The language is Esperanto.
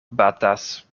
batas